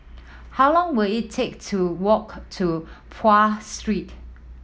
how long will it take to walk to Pahang Street